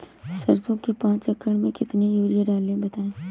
सरसो के पाँच एकड़ में कितनी यूरिया डालें बताएं?